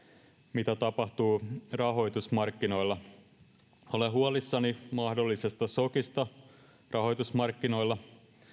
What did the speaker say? mitä tapahtuu rahoitusmarkkinoilla olen huolissani mahdollisesta sokista rahoitusmarkkinoilla